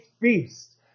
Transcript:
feast